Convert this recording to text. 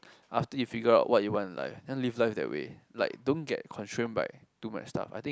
after you figure out what you want then live life that way like don't get constrained by too much stuff I think